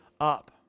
up